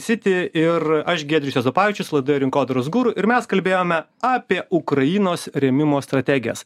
siti ir aš giedrius juozapavičius laida rinkodaros guru ir mes kalbėjome apie ukrainos rėmimo strategijas